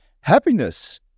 Happiness